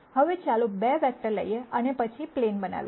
હવે ચાલો 2 વેક્ટર લઈએ અને પછી પ્લેન બનાવીએ